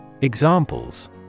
Examples